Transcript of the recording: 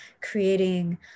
creating